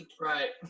Right